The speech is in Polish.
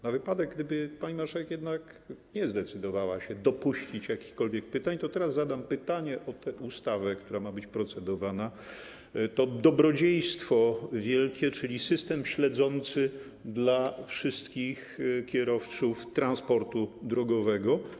Na wypadek gdyby pani marszałek jednak nie zdecydowała się dopuścić jakichkolwiek pytań, teraz zadam pytanie o tę ustawę, która ma być procedowana, to wielkie dobrodziejstwo, czyli system śledzący dla wszystkich kierowców transportu drogowego.